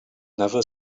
never